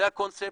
זה הקונספט,